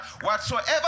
whatsoever